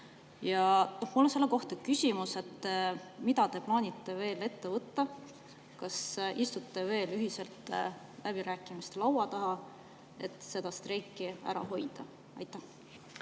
Mul on selle kohta küsimus: mida te plaanite ette võtta, kas istute veel ühiselt läbirääkimiste laua taha, et seda streiki ära hoida? Aitäh